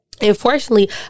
Unfortunately